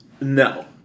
no